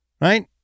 Right